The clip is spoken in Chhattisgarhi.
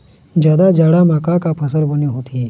जादा जाड़ा म का का फसल बने होथे?